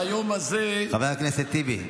חבר הכנסת טיבי,